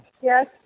Yes